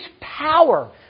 power